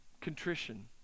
Contrition